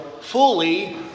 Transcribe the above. fully